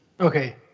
Okay